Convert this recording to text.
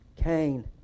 Cain